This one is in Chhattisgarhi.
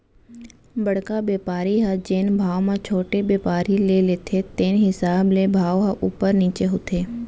बड़का बेपारी ह जेन भाव म छोटे बेपारी ले लेथे तेने हिसाब ले भाव ह उपर नीचे होथे